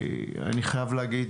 אני חייב להגיד